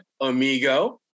Amigo